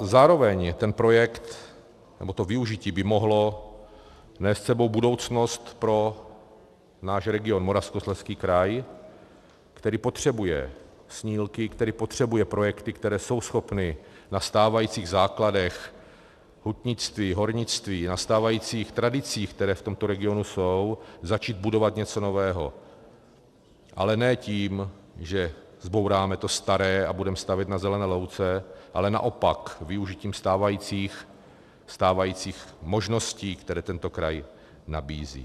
Zároveň ten projekt, nebo to využití by mohlo nést s sebou budoucnost pro náš region, Moravskoslezský kraj, který potřebuje snílky, který potřebuje projekty, které jsou schopny na stávajících základech hutnictví, hornictví, na stávajících tradicích, které v tomto regionu jsou, začít budovat něco nového, ale ne tím, že zbouráme to staré a budeme stavět na zelené louce, ale naopak využitím stávajících možností, které tento kraj nabízí.